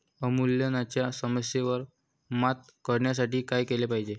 अवमूल्यनाच्या समस्येवर मात करण्यासाठी काय केले पाहिजे?